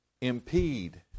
impede